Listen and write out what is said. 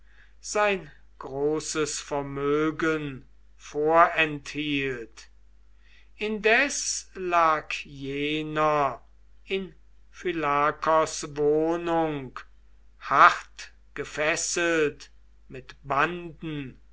sein großes vermögen vorenthielt indes lag jener in phylakos wohnung hartgefesselt mit banden